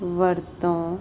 ਵਰਤੋਂ